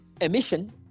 emission